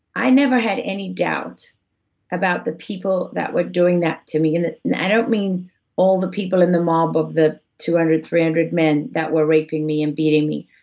i never had any doubt about the people that were doing that to me. and i don't mean all the people in the mob of the two hundred, three hundred, men that were raping me, and beating me,